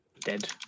Dead